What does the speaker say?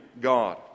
God